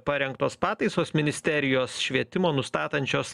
parengtos pataisos ministerijos švietimo nustatančios